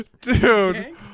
Dude